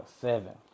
seven